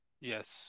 Yes